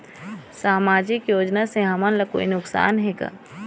सामाजिक योजना से हमन ला कोई नुकसान हे का?